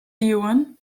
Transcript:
iuwen